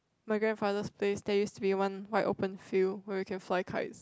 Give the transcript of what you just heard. my grandfather space stays with one wide open field where we can fly kite